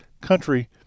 country